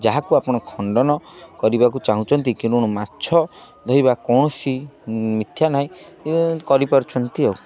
ଯାହାକୁ ଆପଣ ଖଣ୍ଡନ କରିବାକୁ ଚାହୁଁଛନ୍ତି ମାଛ ଧୋଇବା କୌଣସି ମିଥ୍ୟା ନାହିଁ କରିପାରୁଛନ୍ତି ଆଉ